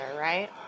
right